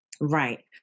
right